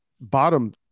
bottom